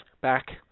back